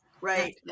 right